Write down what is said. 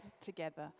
together